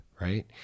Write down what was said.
right